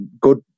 good